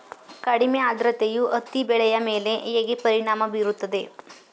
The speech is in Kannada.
ಕಡಿಮೆ ಆದ್ರತೆಯು ಹತ್ತಿ ಬೆಳೆಯ ಮೇಲೆ ಹೇಗೆ ಪರಿಣಾಮ ಬೀರುತ್ತದೆ?